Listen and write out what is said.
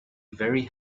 very